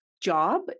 job